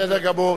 בסדר גמור.